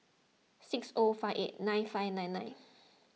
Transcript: six O five eight nine five nine nine